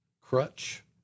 crutch